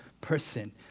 person